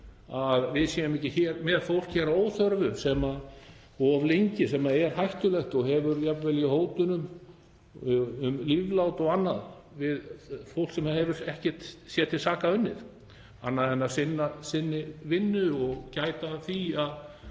að við séum ekki með fólk hér að óþörfu of lengi, sem er hættulegt og hefur jafnvel í hótunum um líflát og annað við fólk sem hefur ekkert sér til sakar unnið annað en að sinna sinni vinnu og gæta að því að